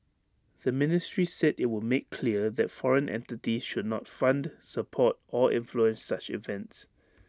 the ministry said IT would make clear that foreign entities should not fund support or influence such events